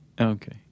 Okay